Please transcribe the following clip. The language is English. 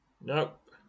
Nope